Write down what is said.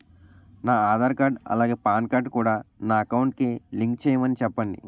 నా ఆధార్ కార్డ్ అలాగే PAN card కూడా నా అకౌంట్ కి లింక్ చేయమని చెప్పండి